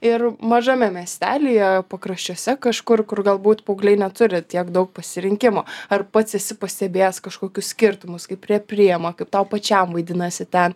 ir mažame miestelyje pakraščiuose kažkur kur galbūt paaugliai neturi tiek daug pasirinkimo ar pats esi pastebėjęs kažkokius skirtumus kaip prie priima kaip tau pačiam vaidinasi ten